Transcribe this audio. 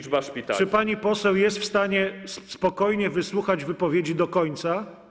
Czy pani poseł jest w stanie spokojnie wysłuchać wypowiedzi do końca?